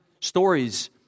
stories